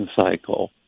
cycle